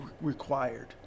required